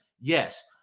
yes